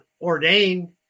ordained